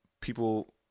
people